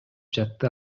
жатты